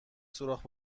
سوراخ